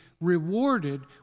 rewarded